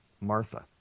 Martha